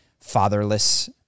fatherless